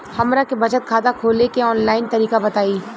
हमरा के बचत खाता खोले के आन लाइन तरीका बताईं?